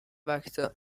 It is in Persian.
وقتها